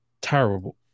Terrible